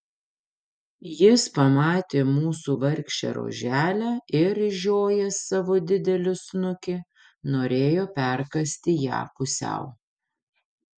jis pamatė mūsų vargšę roželę ir išžiojęs savo didelį snukį norėjo perkąsti ją pusiau